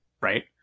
right